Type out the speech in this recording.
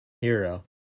Hero